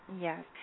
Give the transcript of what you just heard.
Yes